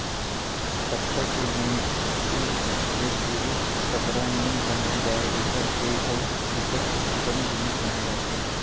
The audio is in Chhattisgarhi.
कपसा के जिनसि ले सिरिफ कपड़ा नइ बनाए जाए एकर से अउ बिकट अकन जिनिस बनाए जाथे